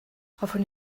hoffwn